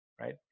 right